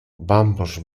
vamos